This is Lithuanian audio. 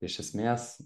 iš esmės